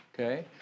Okay